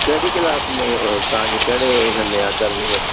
कहिड़ी क्लास में तव्हां जे कहिड़े इन में आहे दर्जे में